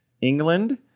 England